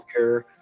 healthcare